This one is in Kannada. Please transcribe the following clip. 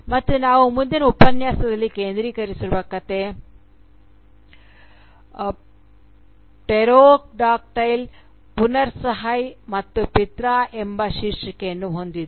ಮತ್ತು ನಾವು ಮುಂದಿನ ಉಪನ್ಯಾಸದಲ್ಲಿ ಕೇಂದ್ರೀಕರಿಸುವ ಕಥೆ ಪ್ಟೆರೋಡಾಕ್ಟೈಲ್ ಪುರಾನ್ ಸಹಯ್ ಮತ್ತು ಪಿರ್ತಾPterodactyl Puran Sahay and Pirtha ಎಂಬ ಶೀರ್ಷಿಕೆಯನ್ನು ಹೊಂದಿದೆ